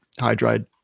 hydride